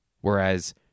Whereas